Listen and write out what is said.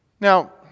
Now